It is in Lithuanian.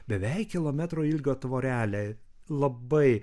beveik kilometro ilgio tvorelę labai